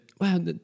wow